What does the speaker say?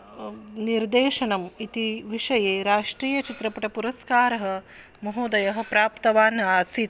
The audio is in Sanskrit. निर्देशनम् इति विषये राष्ट्रीयचित्रपटपुरस्कारः महोदयः प्राप्तवान् आसीत्